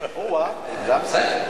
או, אה.